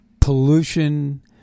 pollution